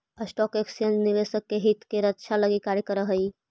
stock exchange निवेशक के हित के रक्षा लगी कार्य करऽ हइ